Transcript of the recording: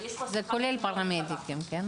כולל פרמדיקים.